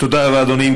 תודה רבה, אדוני.